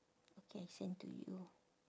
okay I send to you